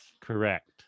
correct